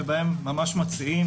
שבהם ממש מציעים,